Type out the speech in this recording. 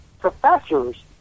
professors